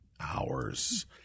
hours